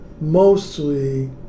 mostly